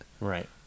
Right